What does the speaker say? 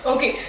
Okay